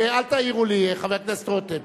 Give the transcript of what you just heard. ואל תעירו לי, חבר הכנסת רותם.